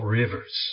rivers